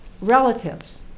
relatives